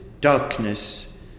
darkness